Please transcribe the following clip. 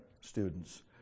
students